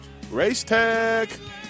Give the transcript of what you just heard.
Racetech